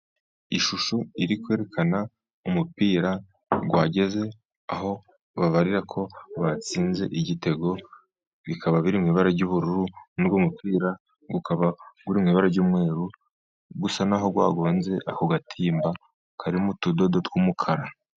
Ishusho iri kwerekana umupira wageze aho babarira ko batsinze igitego, bikaba biri mu ibara ry'ubururu, n'uwo mupira ukaba uri mu ibara ry'umweru, usa n'aho wagonze ako gatimba, kari mu tudodo tw'umukara.